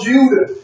Judah